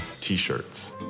t-shirts